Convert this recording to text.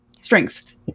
strength